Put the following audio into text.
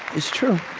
it's true.